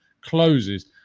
closes